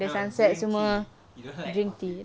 no drink tea you don't like coffee